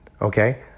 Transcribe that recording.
okay